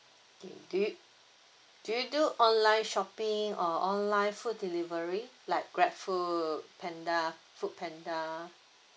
okay do you do you do online shopping or online food delivery like Grab FoodPanda FoodPanda